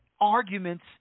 arguments